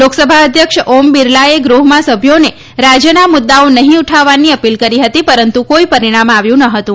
લોકસભા અધ્યક્ષ ઓમ બિરલાએ ગૃહમાં સભ્યોને રાજ્યના મુદ્દાઓ નહીં ઉઠાવવાની અપીલ કરી હતી પરંતુ કોઈ પરિણામ આવ્યું ન હતું